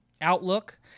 outlook